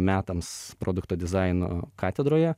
metams produkto dizaino katedroje